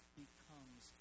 becomes